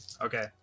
okay